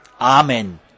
Amen